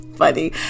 funny